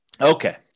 Okay